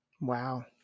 Wow